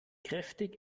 kräftig